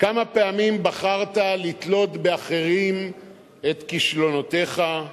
כמה פעמים בחרת לתלות באחרים את כישלונותיך.